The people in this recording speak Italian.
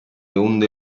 onde